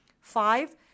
Five